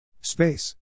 Space